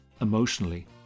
emotionally